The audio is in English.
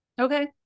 okay